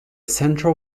central